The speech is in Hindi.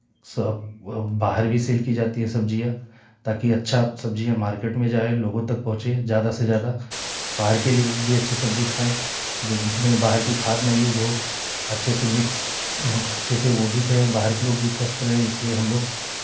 सब बाहर भी सेल की जाती है सब्जियाँ ताकि अच्छा सब्जियाँ मार्केट में जाए लोगों तक पहुँचे ज्यादा से ज्यादा बाहर के लोग भी अच्छी सब्जी खाएं जो उसमें बाहर की खाद नहीं यूज़ हो अच्छे से मिक्स अच्छे से वो भी कहे बाहर के लोग भी स्वस्थ रहें इसलिए हम लोग